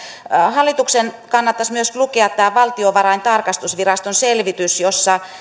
hallituksen kannattaisi myös lukea tämä valtiontalouden tarkastusviraston selvitys jossa